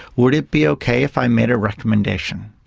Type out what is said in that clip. would it be okay if i made a recommendation?